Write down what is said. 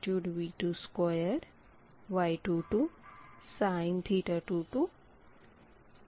फिर Y22 फिर sin22 22 यहाँ 2 केन्सल हो जाएगा